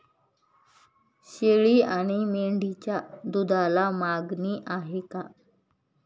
शेळी आणि मेंढीच्या दूधाला मागणी आहे का?